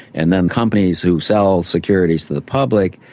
and then companies who sell securities to the public,